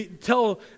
tell